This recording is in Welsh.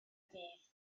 dydd